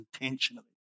intentionally